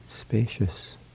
spacious